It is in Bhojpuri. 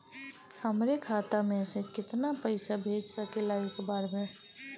हमरे खाता में से कितना पईसा भेज सकेला एक बार में?